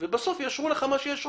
ובסוף יאשרו לך מה שיאשרו.